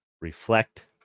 reflect